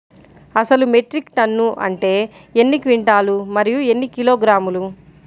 అసలు metric ton అంటే ఎన్ని క్వింటాలు మరియు ఎన్ని కిలోగ్రాములు?